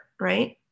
right